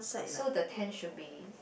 so the tent should be